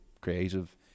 creative